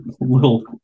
little